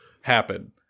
happen